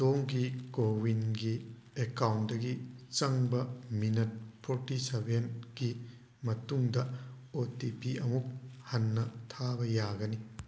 ꯑꯗꯣꯝꯒꯤ ꯀꯣꯋꯤꯟꯒꯤ ꯑꯦꯀꯥꯎꯟꯗꯒꯤ ꯆꯪꯕ ꯃꯤꯅꯤꯠ ꯐꯣꯔꯇꯤ ꯁꯚꯦꯟ ꯀꯤ ꯃꯇꯨꯡꯗ ꯑꯣ ꯇꯤ ꯄꯤ ꯑꯃꯨꯛ ꯍꯟꯅ ꯊꯥꯕ ꯌꯥꯒꯅꯤ